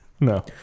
No